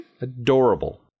Adorable